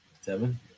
Seven